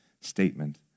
statement